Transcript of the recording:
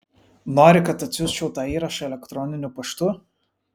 nori kad atsiųsčiau tą įrašą elektroniniu paštu